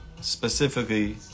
specifically